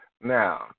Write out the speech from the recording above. Now